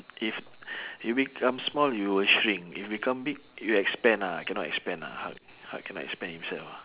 if if become small you will shrink if become big you expand ah cannot expand ah hulk hulk cannot expand himself